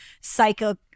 psychic